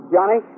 Johnny